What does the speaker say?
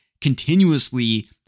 continuously